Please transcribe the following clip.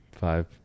five